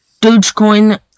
Dogecoin